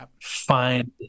find